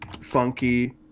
Funky